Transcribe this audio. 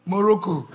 Morocco